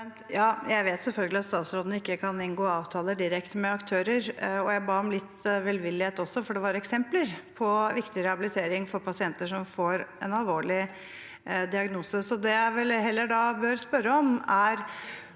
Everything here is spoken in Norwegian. jeg vet selvfølgelig at statsråden ikke kan inngå avtaler direkte med aktører, og jeg ba også om litt velvillighet, for dette var eksempler på viktig rehabilitering for pasienter som får en alvorlig diagnose. Så jeg bør da heller spørre: Er